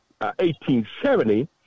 1870